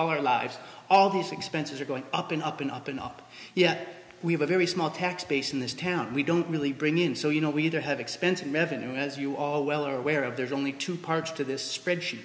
all our lives all those expenses are going up and up and up and up yet we have a very small tax base in this town we don't really bring in so you know we either have expensive method and as you all well are aware of there's only two parts to this spreadsheet